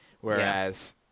Whereas